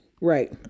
right